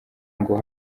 ngo